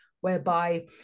whereby